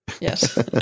Yes